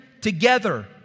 together